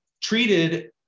treated